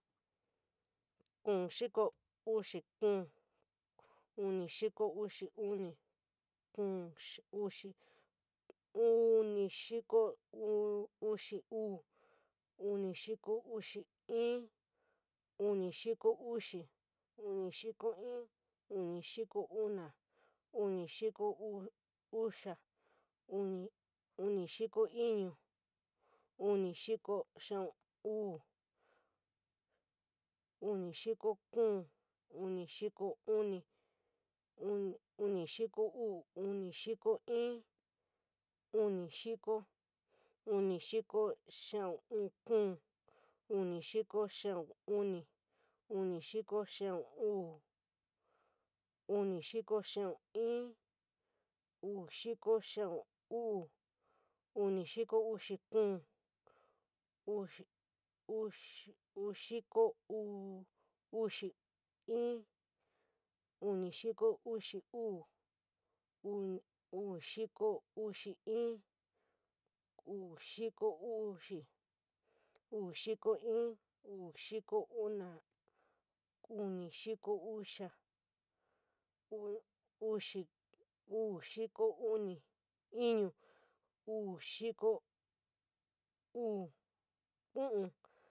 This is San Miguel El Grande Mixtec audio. Kuu xiko uxi kuu, unii xiko uxi unii, xiko uxi uu, unii xiko uxi ji, unii xiko uxi, unii xiko ††, unii xiko una, unii xiko uxa, unii, unii xiko iñu, unii xiko xiau uu, unii xiko kuu, unii xiko unp, unii xiko uu, unii xiko i, unii xiko, unii xiko xiau unp, unii xiko xiau uu, unii xiko kuu, uu uu kuu kuu, uu xiko uxi kuu, uu uu xiko uu, uu xiko ††, uu xiko una, uu xiko uxi, uu xiko uu, uu xiko uxa, uu xiko una, unu kuu kuu, uu.